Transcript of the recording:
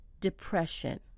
depression